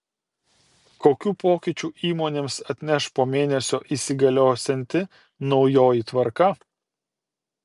kokių pokyčių įmonėms atneš po mėnesio įsigaliosianti naujoji tvarka